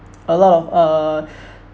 a lot of uh